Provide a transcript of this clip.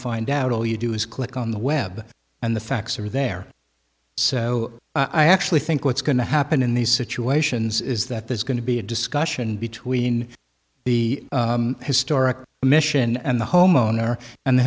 find out all you do is click on the web and the facts are there so i actually think what's going to happen in these situations is that there's going to be a discussion between the historic mission and the homeowner and the